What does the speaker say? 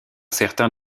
certain